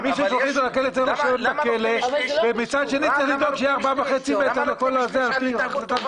אבל למה נותנים שליש על התנהגות טובה,